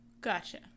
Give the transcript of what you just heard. Gotcha